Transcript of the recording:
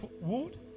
wood